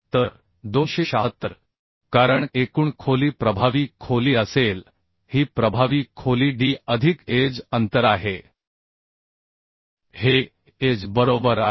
तर 276 कारण एकूण खोली प्रभावी खोली असेल ही प्रभावी खोली D अधिक एज अंतर आहे हे एज बरोबर आहे